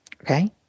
Okay